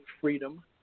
Freedom